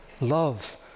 love